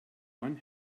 one